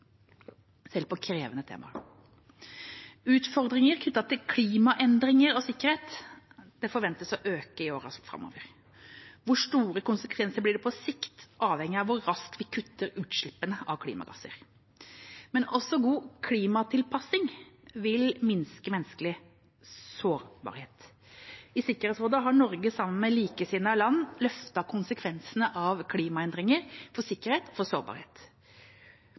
selv på krevende temaer. Utfordringer knyttet til klimaendringer og sikkerhet forventes å øke i årene framover. Hvor store konsekvensene blir på sikt, avhenger av hvor raskt vi kutter utslippene av klimagasser, men også god klimatilpasning vil minske menneskelig sårbarhet. I Sikkerhetsrådet har Norge, sammen med likesinnede land, løftet konsekvensene av klimaendringene for sikkerhet og sårbarhet.